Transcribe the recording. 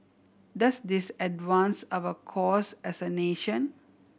does this advance our cause as a nation